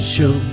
Show